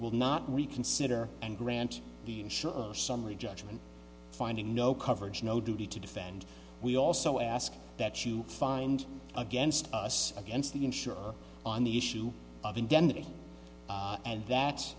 will not reconsider and grant be sure of summary judgment finding no coverage no duty to defend we also ask that you find against us against the insurer on the issue of indemnity and that